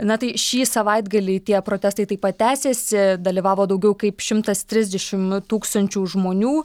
na tai šį savaitgalį tie protestai taip pat tęsėsi dalyvavo daugiau kaip šimtas trisdešimt tūkstančių žmonių